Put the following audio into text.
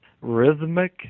rhythmic